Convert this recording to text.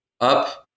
up